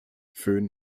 föhn